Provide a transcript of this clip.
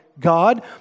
God